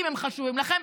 אם הם חשובים לכם.